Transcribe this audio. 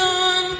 on